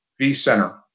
vCenter